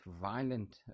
violent